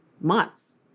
months